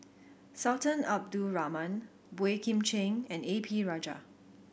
Sultan Abdul Rahman Boey Kim Cheng and A P Rajah